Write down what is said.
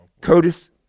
Curtis